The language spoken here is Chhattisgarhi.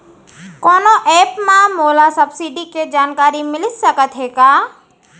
कोनो एप मा मोला सब्सिडी के जानकारी मिलिस सकत हे का?